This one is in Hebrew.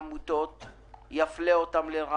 האלה לא הגיעה לחברה